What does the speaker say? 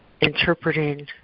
interpreting